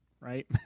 right